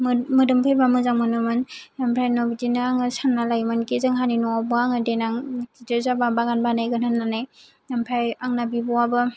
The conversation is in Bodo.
मोदोमफैब्ला मोजां मोनोमोन आमफाय बिनि उनाव आङो बिदिनो सानना लायोमोनखि जोंहानि न'आवबो आङो देनां गिदिर जाब्ला बागान बानायगोन होननानै आमफाय आंना बिब'आबो